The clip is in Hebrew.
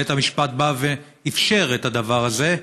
בית המשפט בא ואפשר את הדבר הזה,